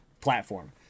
platform